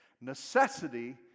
necessity